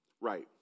Right